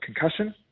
concussion